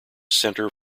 center